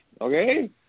okay